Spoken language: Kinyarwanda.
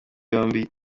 yombi